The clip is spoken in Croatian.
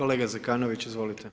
Kolega Zekanović, izvolite.